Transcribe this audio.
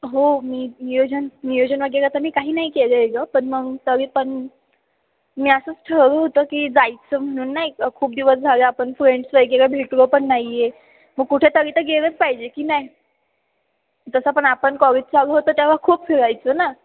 हो मी नियोजन नियोजन वगैरे तर मी काही नाही केलं आहे गं पण मग तरी पण मी असंच ठरव होतं की जायचं म्हणून नाही खूप दिवस झालं आपण फ्रेंड्स वगैरे भेटलो पण नाही आहे मग कुठे तरी तर गेलंच पाहिजे की नाही तसं पण आपण कोविड चालू होतं तेव्हा खूप फिरायचो ना